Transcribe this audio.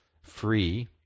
free